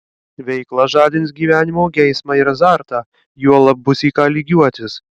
veikla žadins gyvenimo geismą ir azartą juolab bus į ką lygiuotis